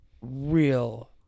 real